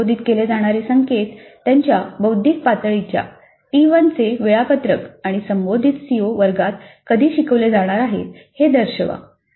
सीओला संबोधित केले जाणारे संकेत त्यांच्या बौद्धिक पातळ्या टी 1 चे वेळापत्रक आणि संबंधित सीओ वर्गात कधी शिकवले जाणार आहेत हे दर्शवा